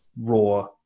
raw